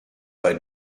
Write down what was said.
bei